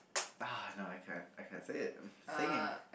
uh no I can I can say it singing